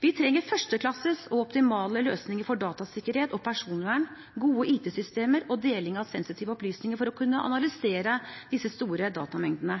Vi trenger førsteklasses og optimale løsninger for datasikkerhet og personvern, gode IT-systemer og deling av sensitive opplysninger for å kunne analysere disse store datamengdene.